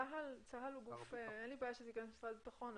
עם צה"ל אין לי בעיה שזה ייכנס למשרד הביטחון,